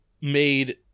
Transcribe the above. made